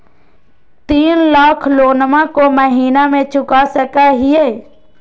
तीन लाख लोनमा को महीना मे चुका सकी हय?